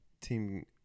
Team